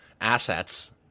assets